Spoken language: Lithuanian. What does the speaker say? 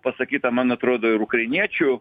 pasakyta man atrodo ir ukrainiečių